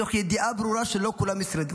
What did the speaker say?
מתוך ידיעה ברורה שלא כולם ישרדו.